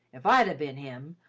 if i'd ha' bin him,